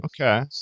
Okay